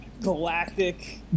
Galactic